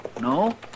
No